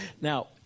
Now